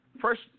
first